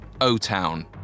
O-Town